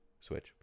Switch